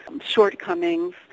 shortcomings